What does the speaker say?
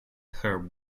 her